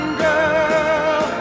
girl